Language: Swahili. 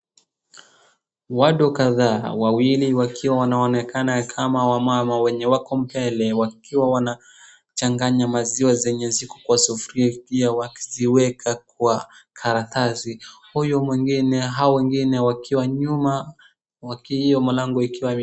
Watu kadhaa, wawili wakiwa wanaonekana kama wamama wenye wako mbele wakiwa wanachannganya maziwa zenye ziko kwa sufuria wakiziweka kwa karatasi. Huyu mwingine hao wengine nyuma hiyo mlango ikiwa.